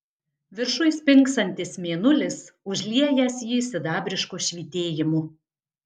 viršuj spingsantis mėnulis užliejęs jį sidabrišku švytėjimu